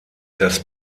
das